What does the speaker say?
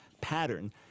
pattern